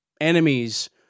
enemies